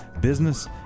business